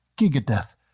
giga-death